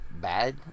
bad